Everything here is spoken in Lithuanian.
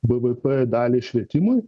bvp dalį švietimui